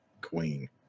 queen